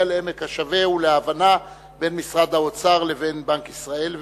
לעמק השווה ולהבנה בין משרד האוצר לבין בנק ישראל.